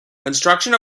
construction